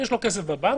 יש לו כסף בבנק,